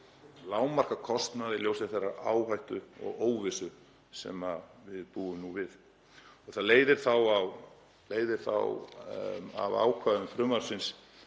lágmarka kostnað í ljósi þeirrar áhættu og óvissu sem við búum nú við. Það leiðir þá af ákvæðum frumvarpsins,